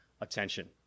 attention